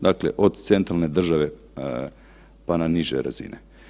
Dakle, od centrale države pa na niže razine.